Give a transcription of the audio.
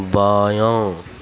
بایاں